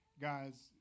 guys